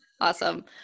awesome